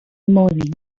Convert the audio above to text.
morning